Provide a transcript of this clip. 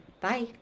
Bye